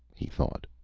he thought,